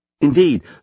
Indeed